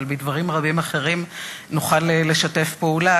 אבל בדברים רבים אחרים נוכל לשתף פעולה,